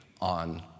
on